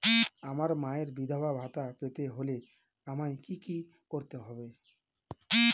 আমার মায়ের বিধবা ভাতা পেতে হলে আমায় কি কি করতে হবে?